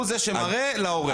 הוא זה שמראה להורה.